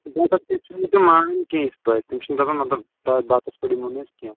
پٮ۪ٹھ چھِنہٕ تِم مانان کیٚنٛہہ یِتھ پٲٹھی تِم چھِن دَپان مطلب بہ بَتَس پٮ۪ٹھ یِمو نہٕ أسۍ کیٚنٛہہ